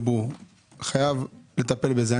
חייב לטפל בזה.